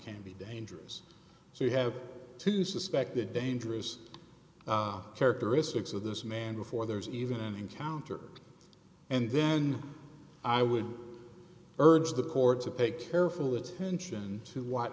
can be dangerous so you have to suspect that dangerous characteristics of this man before there's even an encounter and then i would urge the courts have a careful attention to what